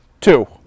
Two